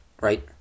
right